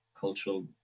cultural